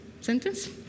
sentence